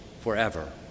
forever